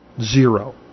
Zero